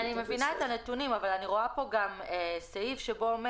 אני מבינה את הנתונים אבל אני רואה כאן סעיף שאומר